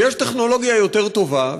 ויש טכנולוגיה יותר טובה,